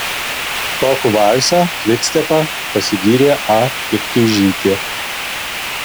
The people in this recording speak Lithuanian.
šoku valsą kvikstepą pasigyrė a piktuižytė